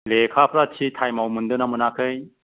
लेखाफ्रा थि टाइमाव मोनदोंना मोनाखै